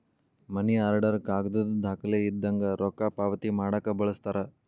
ಮನಿ order ಕಾಗದದ್ ದಾಖಲೆ ಇದ್ದಂಗ ರೊಕ್ಕಾ ಪಾವತಿ ಮಾಡಾಕ ಬಳಸ್ತಾರ